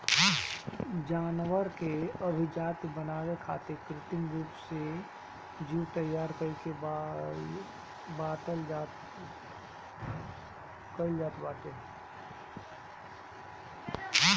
जानवर के अभिजाति बनावे खातिर कृत्रिम रूप से जीन तैयार कईल जात बाटे